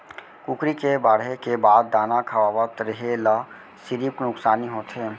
कुकरी के बाड़हे के बाद दाना खवावत रेहे ल सिरिफ नुकसानी होथे